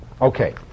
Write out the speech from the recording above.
okay